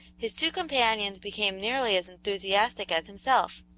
his two companions became nearly as enthusiastic as himself.